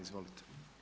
Izvolite.